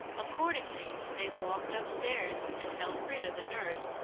accordingly, they walked upstairs, and elfrida, the nurse,